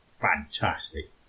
Fantastic